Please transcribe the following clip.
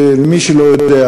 למי שלא יודע,